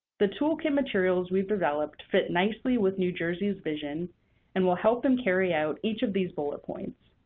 the toolkit materials we've developed fit nicely with new jersey's vision and will help them carry out each of these bullet points.